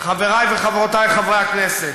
חברי וחברותי חברי הכנסת,